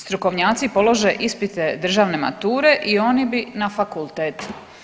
Strukovnjaci polože ispite državne mature i oni na fakultet.